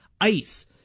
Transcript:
ice